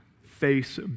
face